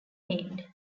named